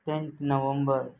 tenth November